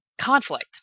conflict